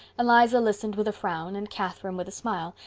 eliza listened with a frown and catherine with a smile,